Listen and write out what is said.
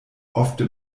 ofte